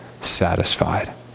satisfied